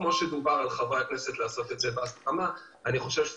כמו שדובר על לעשות את זה בהסכמה ביחס לחברי הכנסת,